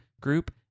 group